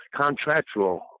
contractual